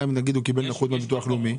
אם נגיד הוא קיבל נכות מהביטוח הלאומי?